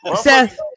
Seth